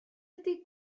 ydy